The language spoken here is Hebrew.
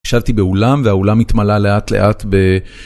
ישבתי באולם והאולם התמלה לאט לאט ב..